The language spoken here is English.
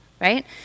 right